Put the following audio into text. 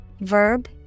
Verb